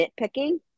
nitpicking